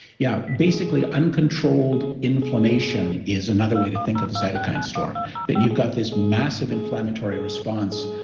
yeah. basically, uncontrolled inflammation is another way to think of a cytokine storm. that you've got this massive inflammatory response,